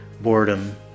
boredom